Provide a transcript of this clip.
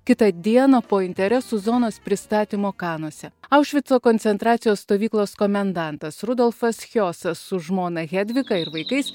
kitą dieną po interesų zonos pristatymo kanuose aušvico koncentracijos stovyklos komendantas rudolfas hiosas su žmona jadvyga ir vaikais